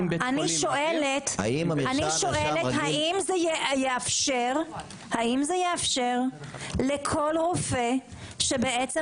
אני שואלת האם זה יאפשר לכל רופא שבעצם